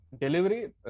Delivery